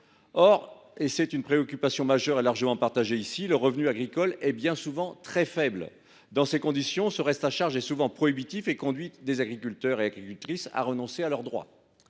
Or, et c’est une préoccupation majeure qui est ici largement partagée, le revenu agricole est bien souvent très faible. Dans ces conditions, ce reste à charge est bien souvent prohibitif, ce qui conduit des agriculteurs et agricultrices à renoncer à leurs droits.